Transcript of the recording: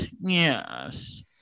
yes